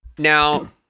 Now